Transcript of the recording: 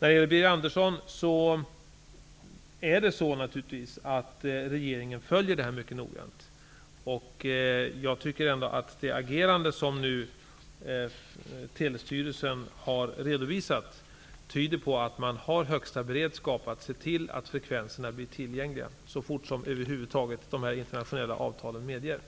Regeringen följer naturligtvis den här frågan mycket noggrant, Birger Andersson. Det agerande som Telestyrelsen nu har redovisat tyder enligt min mening på att man har högsta beredskap för att se till att frekvenserna blir tillgängliga så fort som de internationella avtalen över huvud taget